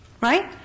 Right